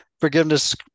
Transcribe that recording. forgiveness